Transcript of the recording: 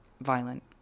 violent